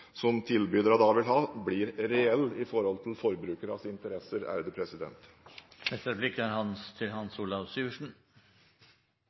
som tilbyderne da vil ha, blir reell i forhold til forbrukernes interesser. Jeg har lyst til